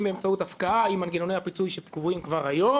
אם באמצעות הפקעה עם מנגנוני הפיצוי שקבועים כבר היום